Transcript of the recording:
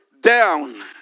down